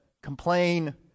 complain